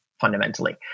fundamentally